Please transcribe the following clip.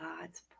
god's